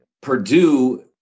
Purdue